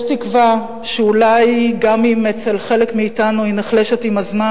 יש תקווה שאולי גם אם אצל חלק מאתנו היא נחלשת עם הזמן,